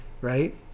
right